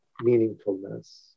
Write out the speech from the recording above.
meaningfulness